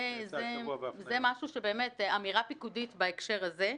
זה משהו שבאמת אמירה פיקודית בהקשר הזה.